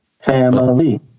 Family